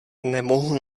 nemohu